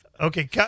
Okay